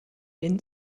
den